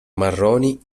marroni